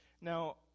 Now